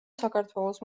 საქართველოს